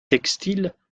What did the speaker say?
textile